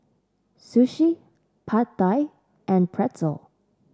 Sushi Pad Thai and Pretzel